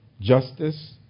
justice